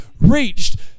reached